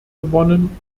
gewonnen